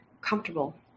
comfortable